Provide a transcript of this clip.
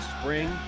spring